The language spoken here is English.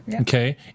Okay